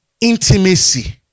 intimacy